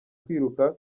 kwiruka